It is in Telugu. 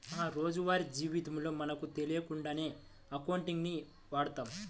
మా రోజువారీ జీవితంలో మనకు తెలియకుండానే అకౌంటింగ్ ని వాడతాం